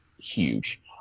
huge